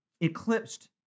Eclipsed